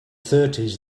thirties